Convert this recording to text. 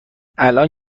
الان